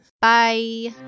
Bye